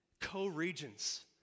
co-regents